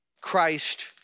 Christ